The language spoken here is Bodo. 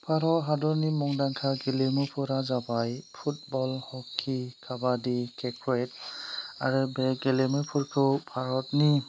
भारत हादरनि मुंदांखा गेलेमुफोरा जाबाय फुटबल हकि काबादि क्रिकेट आरो बे गेदेलुफोरखौ भारतनि